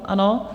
Ano.